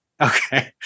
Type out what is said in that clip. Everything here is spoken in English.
Okay